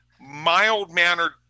mild-mannered